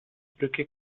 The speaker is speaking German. brücke